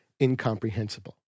incomprehensible